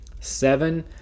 Seven